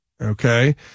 Okay